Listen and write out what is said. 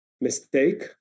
mistake